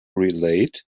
relate